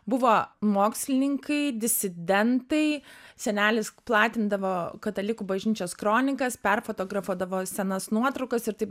buvo mokslininkai disidentai senelis platindavo katalikų bažnyčios kronikas perfotografuodavo senas nuotraukas ir taip